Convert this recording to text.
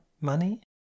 money